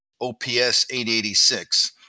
OPS-886